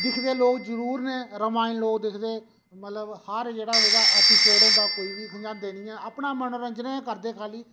दिखदे लोग जरूर न रमायण लोग दिखदे मतलब हर जेह्ड़ा ओह्दा ऐपिसोड होंदा कोई बी खंजांदे निं ऐ अपना मनोरंजन गै करदे खाली